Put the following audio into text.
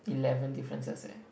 eleven differences eh